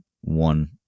one